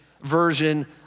version